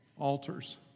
Altars